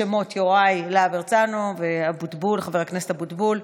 השמות: יוראי להב הרצנו וחבר הכנסת אבוטבול.